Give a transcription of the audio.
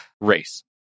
race